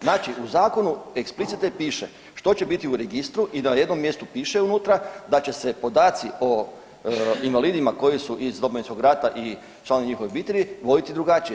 Znači u zakonu eksplicite piše što će biti u registru i na jednom mjestu piše unutra da će se podaci o invalidima koji su iz Domovinskoga rata i članovi njihovi obitelji voditi drugačije.